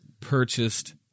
purchased